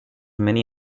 many